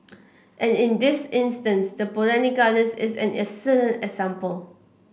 and in this instance the Botanic Gardens is an excellent example